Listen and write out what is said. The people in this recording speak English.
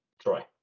Troy